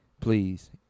please